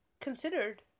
considered